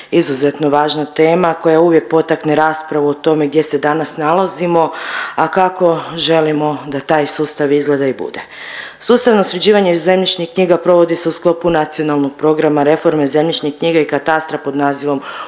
Izuzetno važna tema koja uvijek potakne raspravu o tome gdje se danas nalazimo, a kako želimo da taj sustav izgleda i bude. Sustavno sređivanje zemljišnih knjiga provodi se u sklopu nacionalnog programa reforme zemljišnih knjiga i katastra pod nazivom